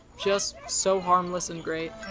just, so harmless and great.